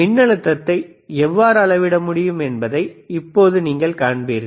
மின்னழுத்தத்தை எவ்வாறு அளவிட முடியும் என்பதை இப்போது நீங்கள் காண்பீர்கள்